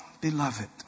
beloved